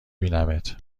بینمت